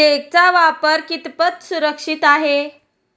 चेकचा वापर कितपत सुरक्षित आहे?